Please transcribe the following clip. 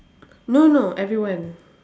no no everyone